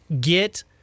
get